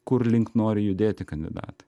kur link nori judėti kandidatai